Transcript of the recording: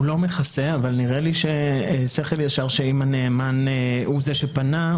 הוא לא מכסה אבל נראה לי שכל ישר - שאם הנאמן הוא זה שפנה,